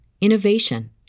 innovation